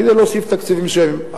כדי להוסיף תקציבים מסוימים.